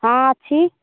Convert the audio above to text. ହଁ ଅଛି